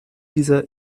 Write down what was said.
dieser